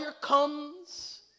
comes